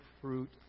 fruit